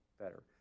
better